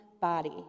body